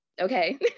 okay